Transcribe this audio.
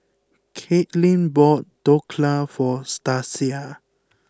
Kaitlin bought Dhokla for Stasia